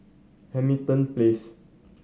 Hamilton Place